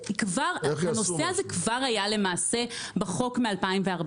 כבר הנושא הזה היה למעשה בחוק מ-2014.